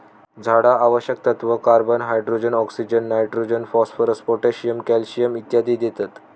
झाडा आवश्यक तत्त्व, carbon, hydrogen, oxygen, nitrogen, phosphorus, potassium, calcium इत्यादी देतत